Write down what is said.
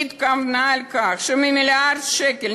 היא התכוונה לכך שממיליארד שקל,